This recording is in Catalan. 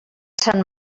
sant